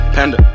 Panda